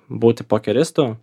būti pokeristu